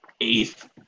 eighth